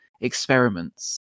experiments